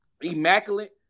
immaculate